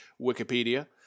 Wikipedia